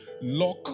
lock